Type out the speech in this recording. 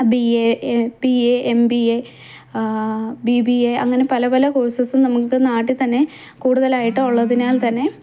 B A B A M B A B B A അങ്ങനെ പല പല കോഴ്സസും നമുക്ക് നാട്ടിൽ തന്നെ കൂടുതൽ ആയിട്ട് ഉള്ളതിനാൽ തന്നെ